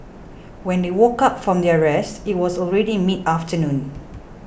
when they woke up from their rest it was already mid afternoon